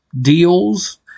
deals